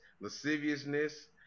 Lasciviousness